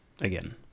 Again